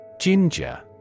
Ginger